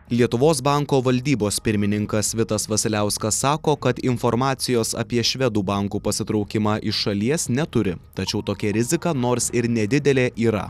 lietuvos banko valdybos pirmininkas vitas vasiliauskas sako kad informacijos apie švedų bankų pasitraukimą iš šalies neturi tačiau tokia rizika nors ir nedidelė yra